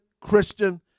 Christian